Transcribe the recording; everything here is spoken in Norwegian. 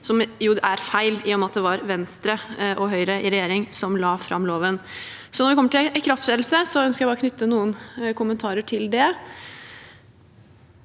jo er feil, i og med at det var Venstre og Høyre i regjering som la fram loven. Når det gjelder ikrafttredelse, ønsker jeg bare å knytte noen kommentarer til det.